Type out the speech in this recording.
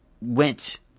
went